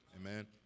Amen